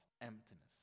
emptiness